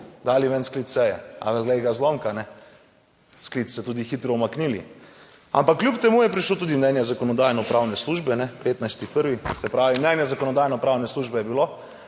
dali ven sklic seje, a glej ga zlomka, ne, sklic ste tudi hitro umaknili. Ampak kljub temu je prišlo tudi mnenje Zakonodajno-pravne službe 15. 1., se pravi mnenje Zakonodajno-pravne službe je bilo,